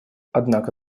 однако